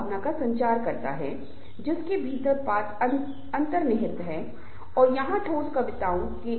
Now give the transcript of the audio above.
वास्तव में शब्द समूह और टीम का आमतौर पर एक दूसरे के लिए उपयोग किया जाता है लेकिन समूह और टीम के बीच अलग अलग अंतर होते हैं